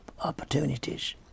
opportunities